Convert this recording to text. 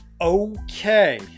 Okay